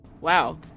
Wow